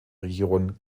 region